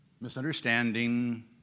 misunderstanding